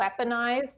weaponized